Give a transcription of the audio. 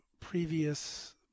previous